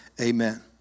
Amen